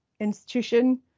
Institution